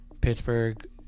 Pittsburgh